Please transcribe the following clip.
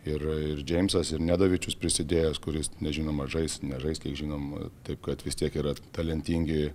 ir ir džeimsas ir nedavičius prisidėjęs kuris nežinoma ar žais nežais kiek žinom taip kad vis tiek yra talentingi